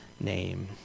name